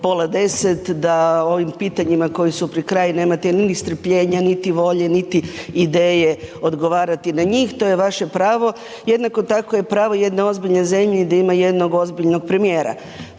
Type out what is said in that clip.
pola 10, da ovim pitanjima koji su pri kraju nemate ni strpljenja niti volje niti ideje odgovarati na njih, to je vaše pravo. Jednako tako je pravo jedne ozbiljne zemlje, di ima jednog ozbiljnog premijera.